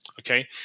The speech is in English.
okay